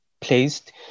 placed